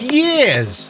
years